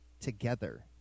together